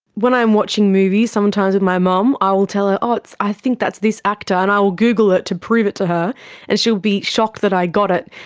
when i'm watching movies sometimes with my mum um i will tell her, ah oh, i think that's this actor, and i will google it to prove it to her and she will be shocked that i got it.